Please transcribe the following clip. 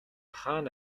хаана